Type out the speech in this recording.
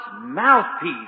mouthpiece